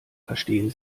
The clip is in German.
verstehen